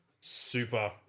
super